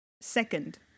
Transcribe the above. second